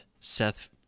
Seth